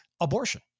abortion